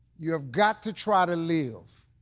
you have got to try to live.